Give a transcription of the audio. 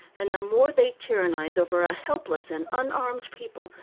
and the more they tyrannize over a helpless and unarmed people,